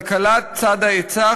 כלכלת צד ההיצע,